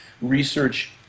research